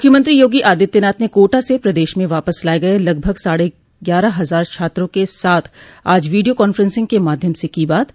मुख्यमंत्री योगी आदित्यनाथ ने कोटा से प्रदश में वापस लाये गये लगभग साढ़े ग्यारह हजार छात्रों के साथ आज वीडियो कांफ्रेंसिंग के माध्यम से बात की